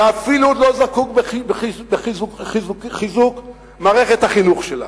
ואפילו לא זקוק בחיזוק מערכת החינוך שלה.